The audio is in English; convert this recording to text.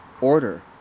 order